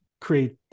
create